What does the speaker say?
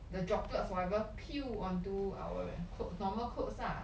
the droplets or whatever onto our re~ normal clothes lah